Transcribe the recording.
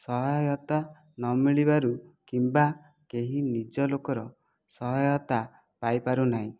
ସହାୟତା ନ ମିଳିବାରୁ କିମ୍ବା କେହି ନିଜ ଲୋକର ସହାୟତା ପାଇପାରୁନାହିଁ